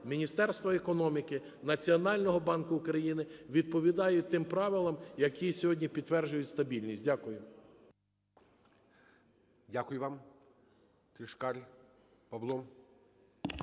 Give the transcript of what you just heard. Міністерства економіки, Національного банку України відповідають тим правилам, які сьогодні підтверджують стабільність. Дякую. ГОЛОВУЮЧИЙ.